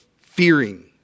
fearing